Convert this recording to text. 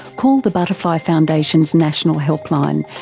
call the butterfly foundation's national helpline,